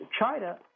China